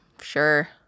Sure